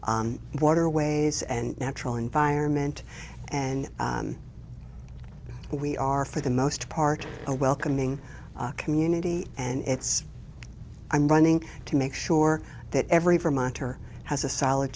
waterways and natural environment and we are for the most part a welcoming community and it's i'm running to make sure that every vermonter has a solid